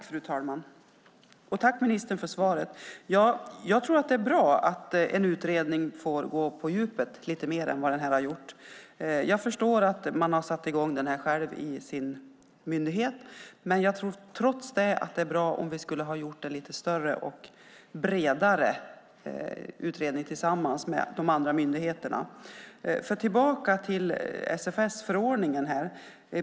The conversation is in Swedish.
Fru talman! Tack, ministern, för svaret! Jag tror att det är bra att en utredning får gå lite mer på djupet än vad den här har gjort. Jag förstår att man själv har satt i gång den inom myndigheten, men jag tror trots det att det vore bra om vi gjorde en lite större och bredare utredning tillsammans med de andra myndigheterna. Tillbaka till SFS-förordningen.